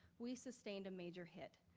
we sustained a major hit.